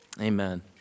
Amen